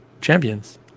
Champions